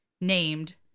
named